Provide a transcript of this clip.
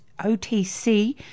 OTC